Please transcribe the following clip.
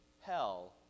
hell